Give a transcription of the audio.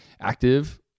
active